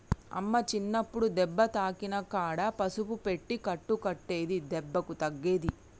అమ్మ చిన్నప్పుడు దెబ్బ తాకిన కాడ పసుపు పెట్టి కట్టు కట్టేది దెబ్బకు తగ్గేది